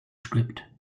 script